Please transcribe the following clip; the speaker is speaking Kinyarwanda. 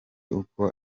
uko